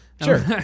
sure